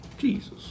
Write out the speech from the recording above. Jesus